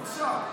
בושה.